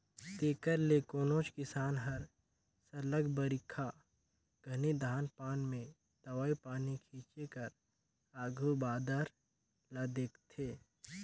तेकर ले कोनोच किसान हर सरलग बरिखा घनी धान पान में दवई पानी छींचे कर आघु बादर ल देखथे